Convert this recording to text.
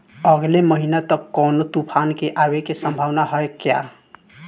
अगले महीना तक कौनो तूफान के आवे के संभावाना है क्या?